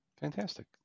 Fantastic